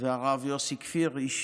והרב יוסי כפיר, איש